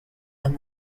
and